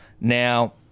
Now